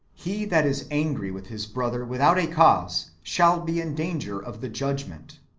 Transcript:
he that is angry with his brother without a cause, shall be in danger of the judgment.